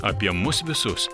apie mus visus